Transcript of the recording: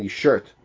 shirt